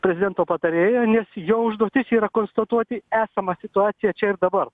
prezidento patarėją nes jo užduotis yra konstatuoti esamą situaciją čia ir dabar